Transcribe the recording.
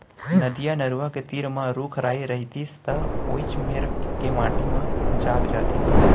नदिया, नरूवा के तीर म रूख राई रइतिस त वोइच मेर के माटी म जाग जातिस